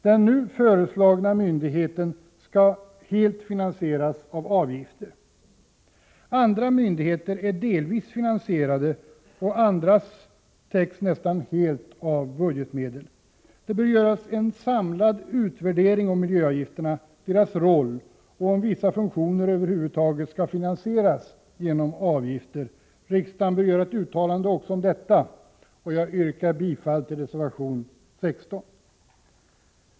Den nu föreslagna myndighetens verksamhet skall helt finansieras med avgifter. Andra myndigheters verksamhet är delvis finansierad, och i vissa fall täcks kostnaderna nästan helt av budgetmedel. Det bör göras en samlad utvärdering om miljöavgifterna, deras roll och om huruvida vissa funktioner över huvud taget skall finansieras genom avgifter. Riksdagen bör göra ett uttalande också om detta. Jag yrkar bifall till reservation 16.